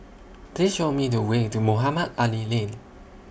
Please Show Me The Way to Mohamed Ali Lane